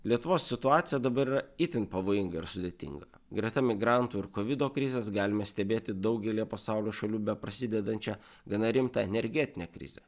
lietuvos situacija dabar yra itin pavojinga ir sudėtinga greta migrantų ir kovido krizės galime stebėti daugelyje pasaulio šalių beprasidedančią gana rimtą energetinę krizę